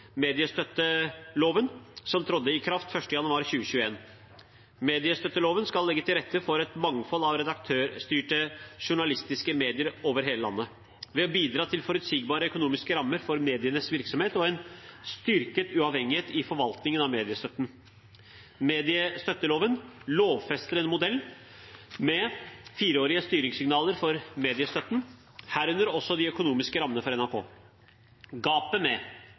mediestøtteloven, som trådte i kraft 1. januar 2021. Mediestøtteloven skal legge til rette for et mangfold av redaktørstyrte journalistiske medier over hele landet ved å bidra til forutsigbare økonomiske rammer for medienes virksomhet og en styrket uavhengighet i forvaltningen av mediestøtten. Mediestøtteloven lovfester en modell med fireårig styringssignal for mediestøtten, herunder også de økonomiske rammene for NRK. Grepet med